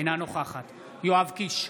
אינה נוכחת יואב קיש,